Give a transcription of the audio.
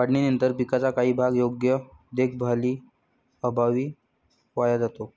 काढणीनंतर पिकाचा काही भाग योग्य देखभालीअभावी वाया जातो